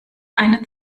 einen